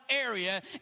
area